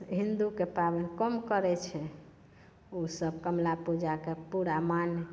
हिन्दूके पाबनि कम करै छै ओसभ कमला पूजाकेँ पूरा मानि